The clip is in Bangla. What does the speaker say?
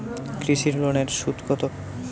কৃষি লোনের সুদ কত?